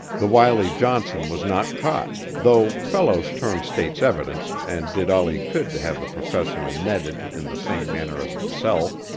the wily johnson was not caught, though fellows turned state's evidence and did all he could to have the professional netted in the same manner as himself.